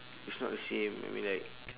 it's not the same I mean like